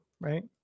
right